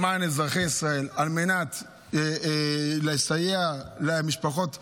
למען אזרחי ישראל, על מנת לסייע למשפחות החטופים,